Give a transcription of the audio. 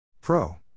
Pro